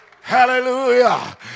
hallelujah